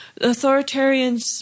Authoritarians